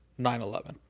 9-11